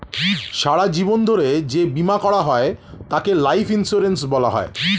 সারা জীবন ধরে যে বীমা করা হয় তাকে লাইফ ইন্স্যুরেন্স বলা হয়